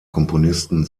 komponisten